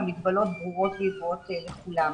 המגבלות ברורות וידועות לכולם.